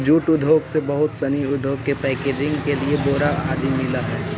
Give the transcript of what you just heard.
jute उद्योग से बहुत सनी उद्योग के पैकेजिंग के लिए बोरा आदि मिलऽ हइ